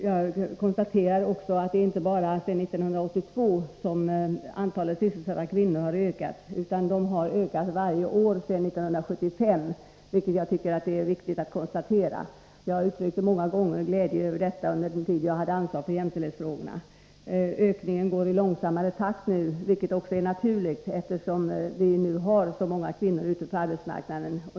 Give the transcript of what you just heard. Jag konstaterar också att det inte bara är sedan 1982 som antalet sysselsatta kvinnor har ökat, utan antalet har ökat varje år sedan 1975, vilket är viktigt att notera. Jag uttryckte många gånger glädje över detta under den tid som jag hade ansvar för jämställdhetsfrågorna. Ökningen går nu i långsammare takt, vilket är naturligt, eftersom så många kvinnor redan finns ute på arbetsmarknaden.